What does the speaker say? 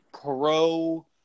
pro